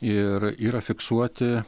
ir yra fiksuoti